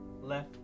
left